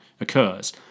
occurs